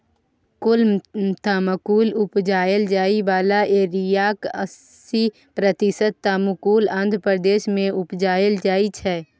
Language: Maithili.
कुल तमाकुल उपजाएल जाइ बला एरियाक अस्सी प्रतिशत तमाकुल आंध्र प्रदेश मे उपजाएल जाइ छै